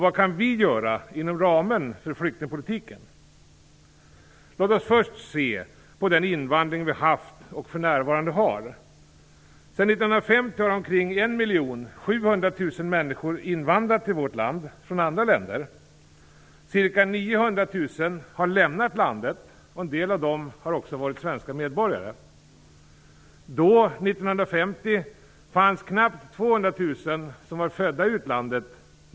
Vad kan vi göra inom ramen för flyktingpolitiken? Låt oss först se på den invandring vi haft och för närvarande har! Sedan 1950 har omkring 1 700 000 människor invandrat till vårt land från andra länder. Ca 900 000 har lämnat landet. En del av dem har också varit svenska medborgare. 1950 fanns knappt 200 000 som var födda i utlandet.